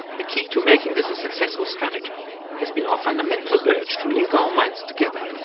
the key to making this a successful strategy has been our fundamental urge to link our minds together,